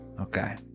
Okay